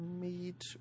meet